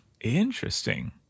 Interesting